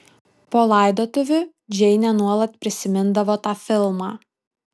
po laidotuvių džeinė nuolat prisimindavo tą filmą